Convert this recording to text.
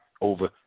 over